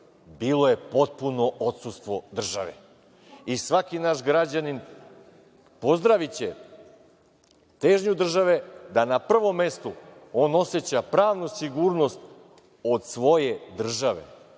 Bilo je potpuno odsustvo države. Svaki naš građanin pozdraviće težnju države da na prvo mesto on oseća pravnu sigurnost od svoje države,